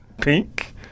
pink